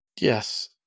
Yes